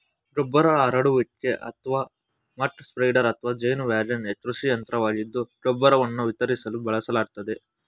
ಗೊಬ್ಬರ ಹರಡುವಿಕೆ ಅಥವಾ ಮಕ್ ಸ್ಪ್ರೆಡರ್ ಅಥವಾ ಜೇನು ವ್ಯಾಗನ್ ಕೃಷಿ ಯಂತ್ರವಾಗಿದ್ದು ಗೊಬ್ಬರವನ್ನು ವಿತರಿಸಲು ಬಳಸಲಾಗ್ತದೆ